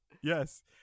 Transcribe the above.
Yes